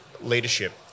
leadership